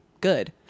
good